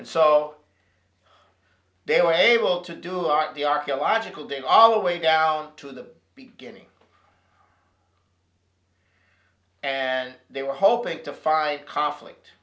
and so they were able to do a lot of the archaeological dig all the way down to the beginning and they were hoping to find conflict